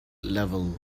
level